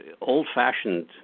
old-fashioned